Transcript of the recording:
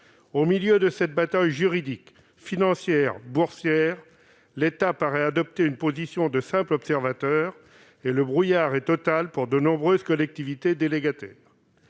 Au milieu de cette bataille juridique, financière et boursière, l'État paraît adopter une position de simple observateur et de nombreuses collectivités délégataires